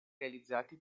realizzati